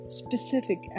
specific